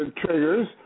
triggers